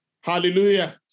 Hallelujah